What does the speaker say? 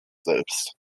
selbst